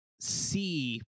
see